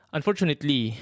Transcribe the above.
Unfortunately